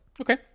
Okay